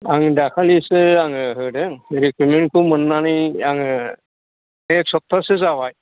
आं दाखालिसो आङो होदों रिक्रुइमेन्ट खौ मोननानै आङो एक सप्ताहसो जाबाय